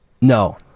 no